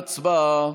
הצבעה.